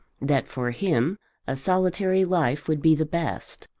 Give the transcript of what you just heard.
that for him a solitary life would be the best.